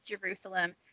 Jerusalem